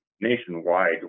nationwide